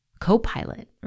co-pilot